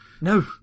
No